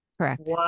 Correct